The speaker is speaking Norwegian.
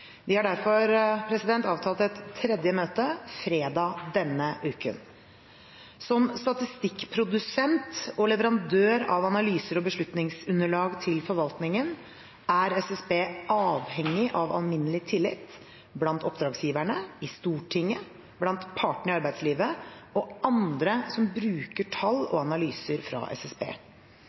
Vi har derfor avtalt et tredje møte fredag denne uken. Som statistikkprodusent og leverandør av analyser og beslutningsunderlag til forvaltningen er SSB avhengig av alminnelig tillit – blant oppdragsgiverne, i Stortinget og blant partene i arbeidslivet og andre som bruker tall og analyser fra SSB. Jeg er enig med representanten Gjelsvik i at SSB